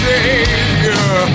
Savior